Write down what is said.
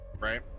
right